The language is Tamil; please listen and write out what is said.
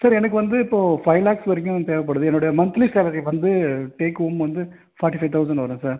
சார் எனக்கு வந்து இப்போது ஃபைவ் லேக்ஸ் வரைக்கும் தேவைப்படுது என்னுடைய மந்த்லி சேலரி வந்து டேக் ஹோம் வந்து ஃபார்ட்டி ஃபைவ் தௌசண்ட் வரும் சார்